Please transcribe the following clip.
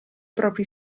propri